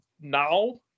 now